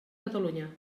catalunya